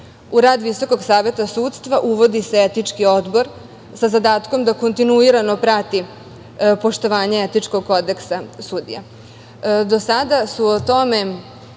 rad Visokog saveta sudstva uvodi se Etički odbor, sa zadatkom da kontinuirano prati poštovanje etičkog kodeksa sudija.